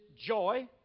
joy